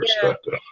perspective